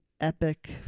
epic